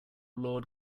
lord